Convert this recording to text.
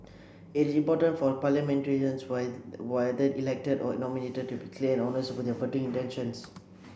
it is important for parliamentarians why whether elected or nominated to be clear and honest about their voting intentions